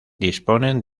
disponen